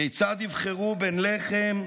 כיצד יבחרו בין לחם,